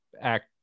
act